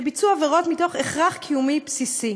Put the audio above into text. שביצעו עבירות מתוך הכרח קיומי בסיסי.